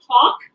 talk